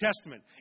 Testament